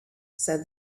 said